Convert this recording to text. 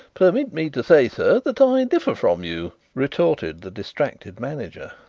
permit me to say, sir, that i differ from you, retorted the distracted manager.